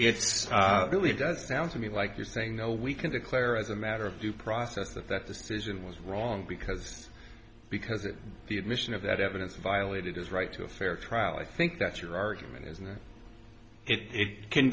it's really does sound to me like you're saying no we can declare as a matter of due process that that decision was wrong because because of the admission of that evidence violated his right to a fair trial i think that's your argument is that it can